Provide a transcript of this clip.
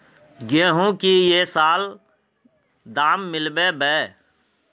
गेंहू की ये साल दाम मिलबे बे?